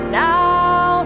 now